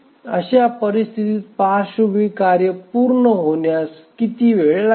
अशा परिस्थितीत पार्श्वभूमी कार्य पूर्ण होण्यास किती वेळ लागेल